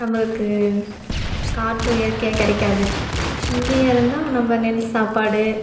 நம்மளுக்கு காற்றும் இயற்கையாக கிடைக்காது இங்கேயா இருந்தால் நம்ம நெல் சாப்பாடு